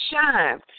shine